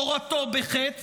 הורתו בחטא,